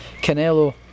Canelo